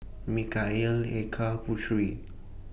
Mikhail Eka Putri